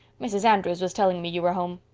mrs. andrews was telling me you were home.